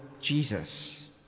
Jesus